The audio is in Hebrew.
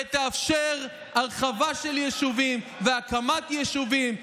ותאפשר הרחבה של יישובים והקמת יישובים,